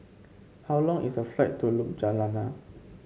how long is the flight to Ljubljana